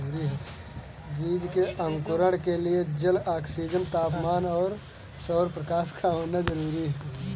बीज के अंकुरण के लिए जल, ऑक्सीजन, तापमान और सौरप्रकाश का होना जरूरी है